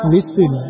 Listen